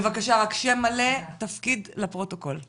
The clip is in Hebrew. אני